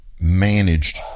managed